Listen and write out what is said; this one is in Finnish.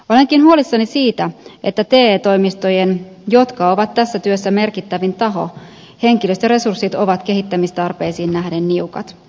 olenkin huolissani siitä että te toimistojen jotka ovat tässä työssä merkittävin taho henkilöstöresurssit ovat kehittämistarpeisiin nähden niukat